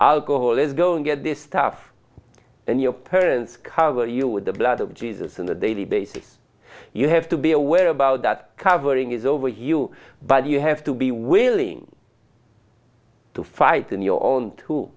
alcohol is going get this stuff and your parents cover you with the blood of jesus in a daily basis you have to be aware about that covering is over you but you have to be willing to fight in your own to